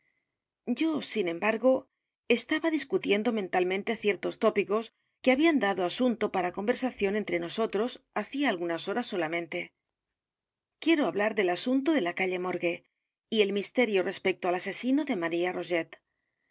yo sin embargo estaba discutiendo mentalmente ciertos tópicos que habían dado asunto para conversación entre nosotros hacía algunas horas solamente quiero hablar del asunto de la calle morgue y el misterio respecto al asesino de maría rogt los